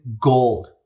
gold